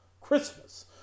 Christmas